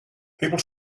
people